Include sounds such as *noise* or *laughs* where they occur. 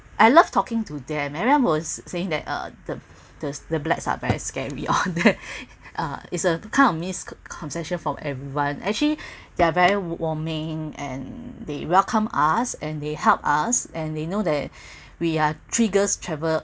I love talking to them everyone was saying that uh the the the blacks are very scary all that *laughs* uh is a kind of misconception from everyone actually they're very warming and they welcomed us and they helped us and they know that we are three girls travel